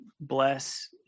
bless